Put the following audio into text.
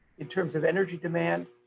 in terms of energy demand,